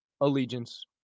allegiance